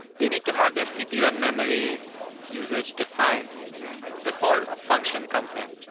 they need to have their cpu and memory usage defined before a function comes in.